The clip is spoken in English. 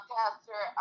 Pastor